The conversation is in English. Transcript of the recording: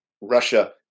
Russia